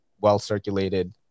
well-circulated